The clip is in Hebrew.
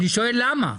אני שואל למה.